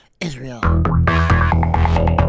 Israel